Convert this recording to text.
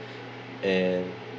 and